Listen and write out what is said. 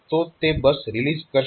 તો તે બસ રિલીઝ કરશે નહીં